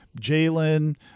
Jalen –